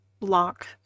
lock